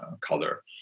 color